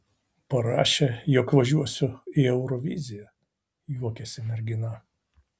parašė jog važiuosiu į euroviziją juokėsi mergina